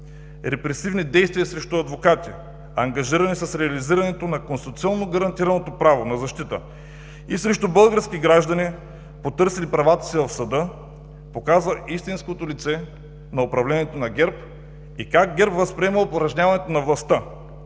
Репресивни действия срещу адвокати, ангажирани с реализирането на конституционно гарантираното право на защита и срещу български граждани потърсили правата си в съда, показва истинското лице на управлението на ГЕРБ и как ГЕРБ приема упражняването на властта,